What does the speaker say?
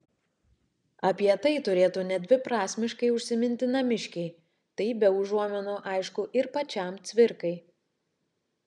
apie tai turėtų nedviprasmiškai užsiminti namiškiai tai be užuominų aišku ir pačiam cvirkai